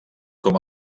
com